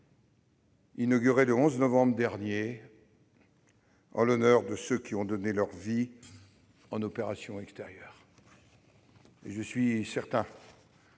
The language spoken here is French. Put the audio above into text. inauguré le 11 novembre dernier en l'honneur de ceux qui ont donné leur vie en opérations extérieures. Je suis certain